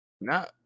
No